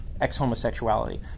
ex-homosexuality